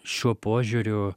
šiuo požiūriu